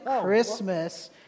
christmas